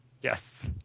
Yes